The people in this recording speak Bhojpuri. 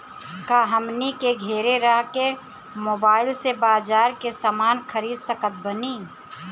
का हमनी के घेरे रह के मोब्बाइल से बाजार के समान खरीद सकत बनी?